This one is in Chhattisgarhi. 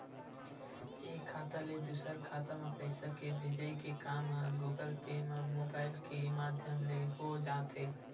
एक खाता ले दूसर खाता म पइसा के भेजई के काम ह गुगल पे म मुबाइल के माधियम ले हो जाथे